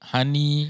Honey